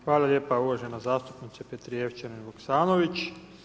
Hvala lijepa uvažena zastupnice Petrijevčanin-Vuksanović.